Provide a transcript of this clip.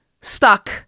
stuck